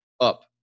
up